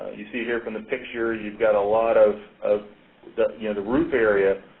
you see here from the picture, you've got a lot of of the the and roof area